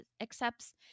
accepts